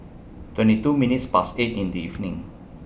twenty two minutes Past eight in The evening